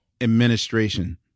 administration